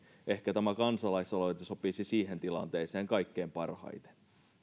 ehkä tämä kansalaisaloite sopisi siihen tilanteeseen kaikkein parhaiten